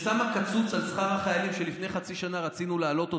ששמה קצוץ על שכר החיילים שלפני חצי שנה רצינו להעלות אותו,